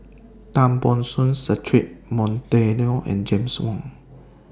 Tan Ban Soon Cedric Monteiro and James Wong